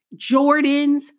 Jordans